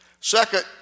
Second